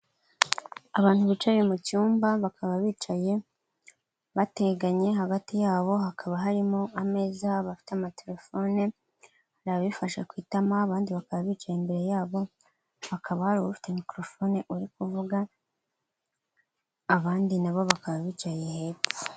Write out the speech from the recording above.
Abantu bicaye mu cyumba bakaba bicaye bateganye hagati yabo hakaba harimo ameza, bafite amatelefone, hari abifashe ku itama abandi bakaba bicaye imbere yabo, hakaba hari ufite mikorofone uri kuvuga abandi n'abo bakaba bicaye hepfo.